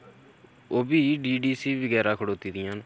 ओह् B D D C बगैरा खड़ोती दियां न